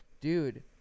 dude